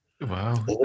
Wow